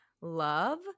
Love